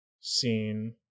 scene